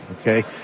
okay